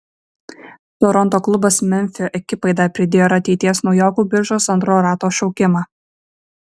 toronto klubas memfio ekipai dar pridėjo ir ateities naujokų biržos antro rato šaukimą